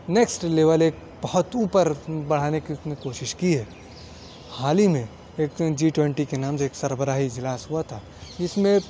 next level ایک بہت اوپر بڑھانے کی اس نے کوشش کی ہے حال ہی میں ایک جی ٹوئنٹی کے نام سے ایک سربراہی اجلاس ہوا تھا جس میں